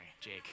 Jake